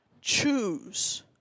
Choose